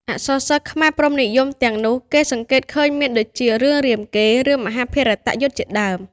អក្សរសិល្ប៍ខ្មែរព្រហ្មនិយមទាំងនោះ គេសង្កេតឃើញមានដូចជា រឿងរាមកេរ្តិ៍ រឿង មហាភារតយុទ្ធ ជាដើម។